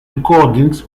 recordings